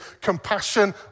compassion